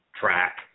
track